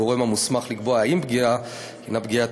הגורם המוסמך לקבוע אם פגיעה היא פגיעת